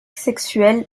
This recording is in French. sexuel